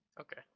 Okay